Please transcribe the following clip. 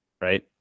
right